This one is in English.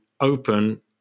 open